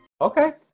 Okay